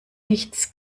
nichts